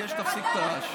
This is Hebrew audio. אני מבקש שתפסיק את הרעש.